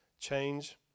change